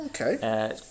Okay